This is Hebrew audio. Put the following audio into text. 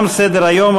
תם סדר-היום.